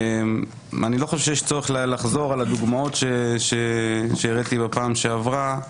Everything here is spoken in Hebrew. אני לא חושב שיש צורך לחזור על הדוגמאות שהראיתי בפעם שעברה.